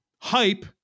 hype